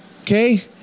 Okay